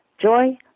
joy